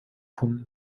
pumpen